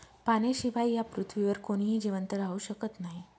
पाण्याशिवाय या पृथ्वीवर कोणीही जिवंत राहू शकत नाही